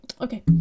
okay